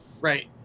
Right